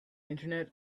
internet